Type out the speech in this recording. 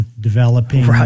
developing